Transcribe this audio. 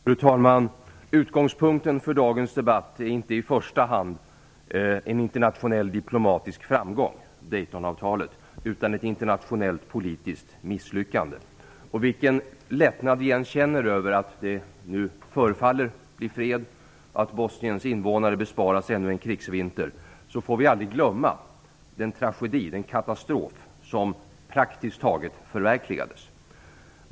Fru talman! Utgångspunkten för dagens debatt är inte i första hand en internationell diplomatisk framgång, dvs. Daytonavtalet, utan ett internationellt politiskt misslyckande. Vilken lättnad vi än känner över att det nu förefaller bli fred och att Bosniens invånare besparas ännu en krigsvinter, får vi aldrig glömma den tragedi, den katastrof, som praktiskt taget förverkligades.